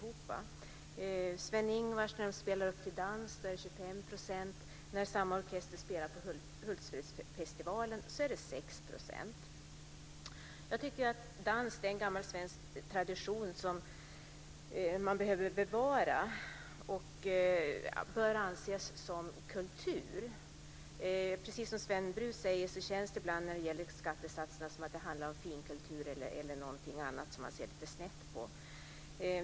När Sven-Ingvars spelar upp till dans tas det ut 25 %, men när samma orkester spelar på Hultfredsfestivalen är momsen Dans är en gammal svensk tradition som behöver bevaras och bör anses som kultur. Som Sven Brus säger känns det ibland som om finkultur när det gäller skattesatsen ställs mot något annat som man ser lite snett på.